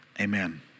amen